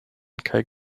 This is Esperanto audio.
kaj